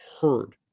heard